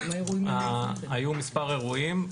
היו מספר אירועים,